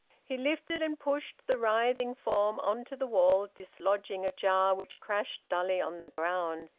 he lifted and pushed the writhing form on to the wall, dislodging a jar, which crashed dully on the ground.